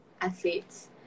athletes